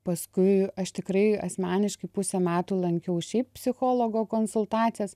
paskui aš tikrai asmeniškai pusę metų lankiau šiaip psichologo konsultacijas